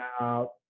out